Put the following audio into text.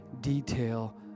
detail